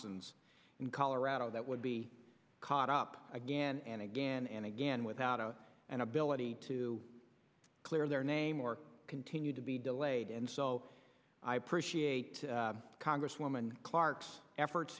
son's in colorado that would be caught up again and again and again without an ability to clear their name or continue to be delayed and so i appreciate congresswoman clark's